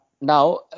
now